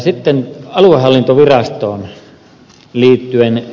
sitten aluehallintovirastoon liittyen